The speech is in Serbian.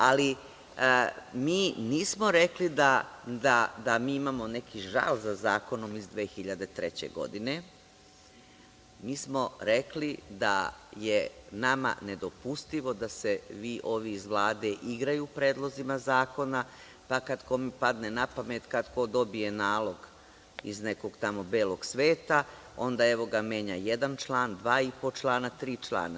Ali, mi nismo rekli da mi imamo neki žal za zakonom iz 2003. godine, mi smo rekli da je nama nedopustivo da se ovi iz Vlade igraju sa predlozima zakona, da kada kome padne napamet, kada ko dobije nalog iz nekog tamo belog sveta, onda evo ga, menjaj jedan član, dva i po člana, tri člana.